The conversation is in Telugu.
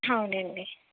అవునండి